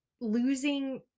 losing